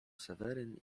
seweryn